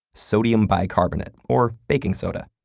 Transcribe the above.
sodium bicarbonate, or baking soda.